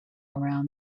around